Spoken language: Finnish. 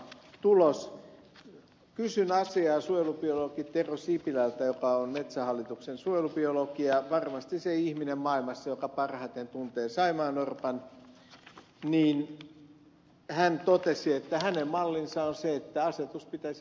kysyin asiaa suojelubiologi tero sipilältä joka on metsähallituksen suojelubiologi ja varmasti se ihminen maailmassa joka parhaiten tuntee saimaannorpan ja hän totesi että hänen mallinsa on se että asetus pitäisi panna voimaan